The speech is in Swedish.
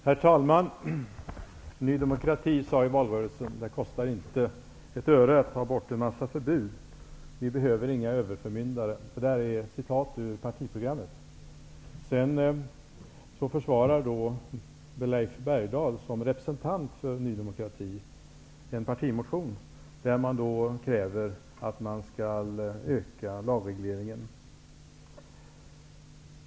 Herr talman! Nydemokraterna sade i valrörelsen att det inte kostar ett öre att ta bort en massa förbud. Vi behöver inga överförmyndare, säger de i sitt partiprogram. Nu försvarar Leif Bergdahl, som representant för Ny demokrati, en partimotion där man kräver ökad lagreglering.